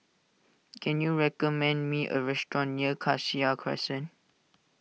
can you recommend me a restaurant near Cassia Crescent